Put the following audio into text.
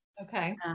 Okay